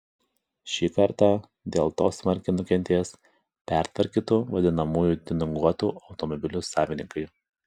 šį kartą dėl to smarkiai nukentės pertvarkytų vadinamųjų tiuninguotų automobilių savininkai